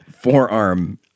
forearm